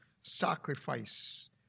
sacrifice